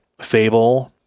fable